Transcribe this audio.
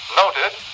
noted